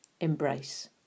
Embrace